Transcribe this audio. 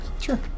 Sure